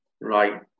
right